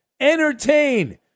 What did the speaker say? entertain